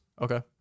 Okay